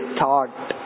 thought